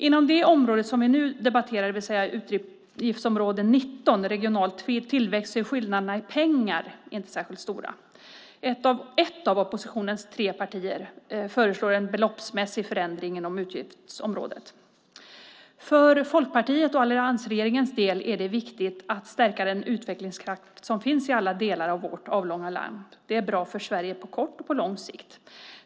Inom det område som vi nu debatterar, utgiftsområde 19 Regional tillväxt, är skillnaderna i pengar inte särskilt stora. Ett av oppositionens tre partier föreslår en beloppsmässig förändring inom utgiftsområdet. För Folkpartiet och alliansregeringen är det viktigt att stärka den utvecklingskraft som finns i alla delar av vårt avlånga land. Det är bra för Sverige på kort och på lång sikt.